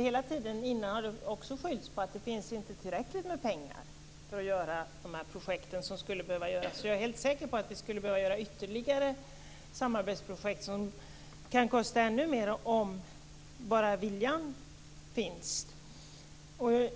Hela tiden har det ju skyllts på att det inte finns tillräckligt med pengar för att genomföra de projekt som skulle behöva göras. Jag är helt säker på att vi skulle behöva genomföra ytterligare samarbetsprojekt som kan kosta ännu mer - om viljan finns.